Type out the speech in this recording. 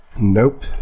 Nope